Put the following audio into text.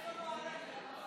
הסתייגות 3 לא